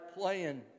playing